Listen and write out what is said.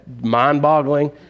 mind-boggling